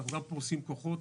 אנחנו פורסים כוחות,